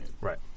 Right